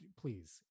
please